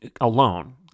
alone